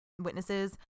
witnesses